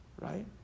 right